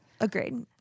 Agreed